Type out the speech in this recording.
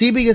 CBS